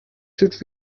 should